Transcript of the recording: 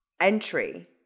entry